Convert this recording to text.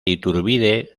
iturbide